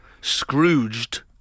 Scrooged